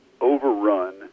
overrun